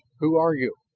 who are you?